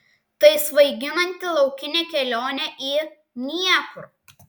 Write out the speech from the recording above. tai svaiginanti laukinė kelionė į niekur